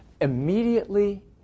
immediately